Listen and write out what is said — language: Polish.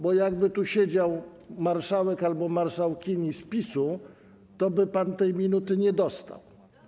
Bo gdyby tu siedział marszałek albo marszałkini z PiS-u, toby pan tej minuty nie dostał.